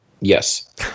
Yes